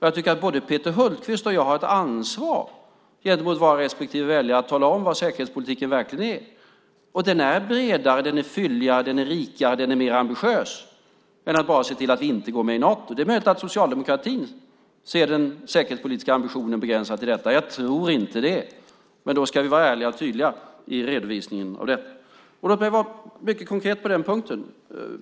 Jag tycker att både Peter Hultqvist och jag har ett ansvar gentemot våra respektive väljare att tala om vad säkerhetspolitiken verkligen är. Den är bredare, fylligare, rikare och mer ambitiös än att bara se till att vi inte går med i Nato. Det är möjligt att socialdemokratin ser den säkerhetspolitiska ambitionen begränsad till det, men jag tror inte det. Vi ska vara ärliga och tydliga i redovisningen av detta. Låt mig vara mycket konkret på den punkten.